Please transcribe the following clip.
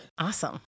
Awesome